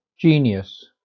Genius